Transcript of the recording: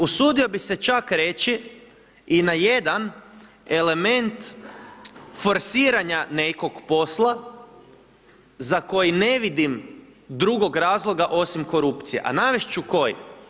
Usudio bi se čak reći na jedan element forsiranja nekog posla za koji ne vidim drugog razloga osim korupcije, a navest ću koji.